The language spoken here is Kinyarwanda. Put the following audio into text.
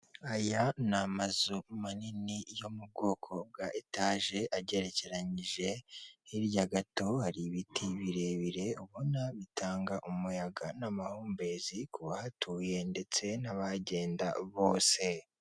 Aya ni amazu manini yo mu bwoko bwa etage agerekeyije, hirya gato hari ibiti birebire ubona bitanga umuyaga n'amahumbezi ku bahatuye ndetse n'abagenda bose.